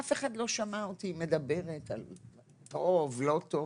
אף אחד לא שמע אותי מדברת על טוב, לא טוב,